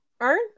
earn